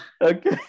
Okay